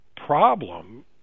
problem